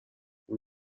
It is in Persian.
اون